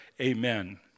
Amen